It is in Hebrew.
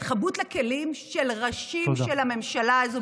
את הנחבאות אל הכלים של ראשים של הממשלה הזאת,